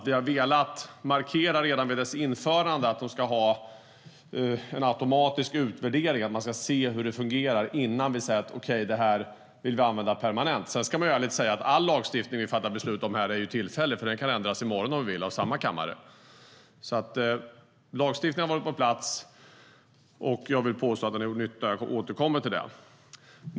Vi har redan vid deras införande velat markera att de ska ha en automatisk utvärdering, så att vi ska se att de fungerar innan vi beslutar oss för att de ska användas permanent. Sedan ska man vara ärlig och säga att all lagstiftning vi beslutar här är tillfällig, för den kan ändras i morgon om vi i kammaren vill. Men här har alltså lagstiftningen redan funnits på plats, och jag vill påstå att den har gjort nytta. Jag återkommer till det.